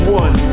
one